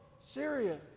Syria